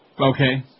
Okay